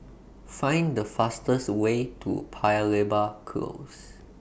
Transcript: Find The fastest Way to Paya Lebar Close